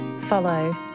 follow